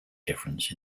difference